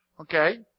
okay